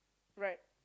right